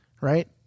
right